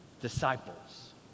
Disciples